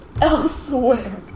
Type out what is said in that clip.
Elsewhere